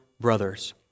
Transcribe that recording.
brothers